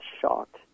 shocked